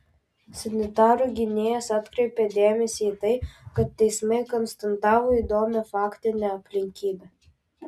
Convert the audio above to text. sanitarų gynėjas atkreipė dėmesį į tai kad teismai konstatavo įdomią faktinę aplinkybę